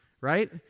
right